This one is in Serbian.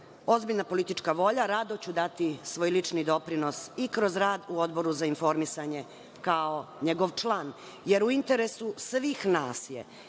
ozbiljna politička volja, rado ću dati svoj lični doprinos, i kroz rad u Odboru za informisanje, kao njegov član, jer u interesu svih nas je